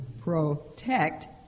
protect